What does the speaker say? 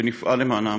ונפעל למענם,